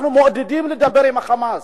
אנחנו מעודדים לדבר עם ה"חמאס"?